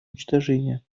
уничтожения